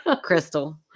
Crystal